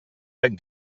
but